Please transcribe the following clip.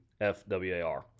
FWAR